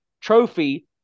trophy